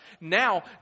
Now